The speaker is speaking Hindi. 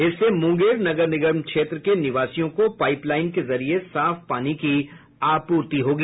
इससे मुंगेर नगर निगम क्षेत्र के निवासियों को पाइपलाइन के जरिये साफ पानी की आपूर्ति होगी